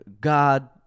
God